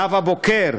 נאוה בוקר,